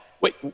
Wait